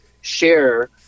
share